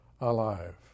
alive